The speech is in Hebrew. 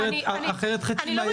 כי אחרת חצי מהערכות לא יועברו.